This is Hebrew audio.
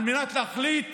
על מנת להחליט,